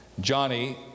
Johnny